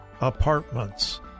Apartments